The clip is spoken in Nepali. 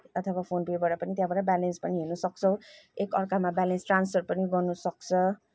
अथवा फोन पेबाट पनि त्यहाँबाट ब्यालेन्स पनि हेर्न सक्छौँ एक अर्कामा ब्यालेन्स ट्रान्सफार पनि गर्न सक्छ